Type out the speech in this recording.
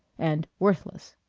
and worthless.